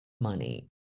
money